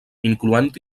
incloent